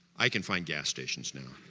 i can find gas stations now